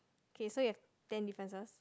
K so you have ten differences